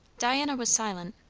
diana was silent.